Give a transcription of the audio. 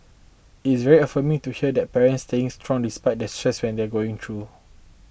it is very affirming to hear that parents staying strong despite the stress when they are going through